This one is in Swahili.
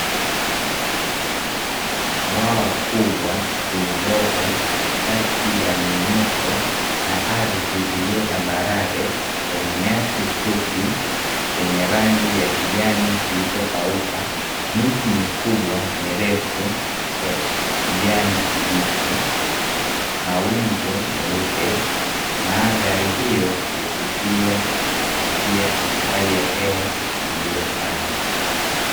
Bwawa kubwa lililopo katikati ya miinuko, na ardhi iliyo tambarare yenye nyasi fupi, yenye rangi ya kijani kilicho pauka, miti mikubwa mirefu, ya kijani kibichi, mawingu meupe, mandhari hiyo huvutia na pia ina hali ya hewa iliyo safi.